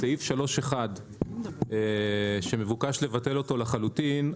בסעיף 3(1) שמבוקש לבטל אותו לחלוטין,